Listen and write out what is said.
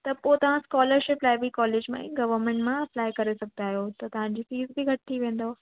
त पोइ तव्हां स्कॉलरशिप लाइ बि कोलेज मां ई गवर्मेंट मां अपलाए करे सघंदा आहियो त तव्हांजी फ़ीश बि घटि थी वेंदव